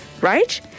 Right